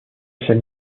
sels